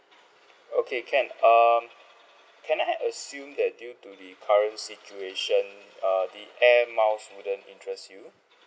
okay can um can I assume that due to the current situation uh the Air Miles wouldn't interest you